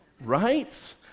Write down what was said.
right